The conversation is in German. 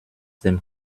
dem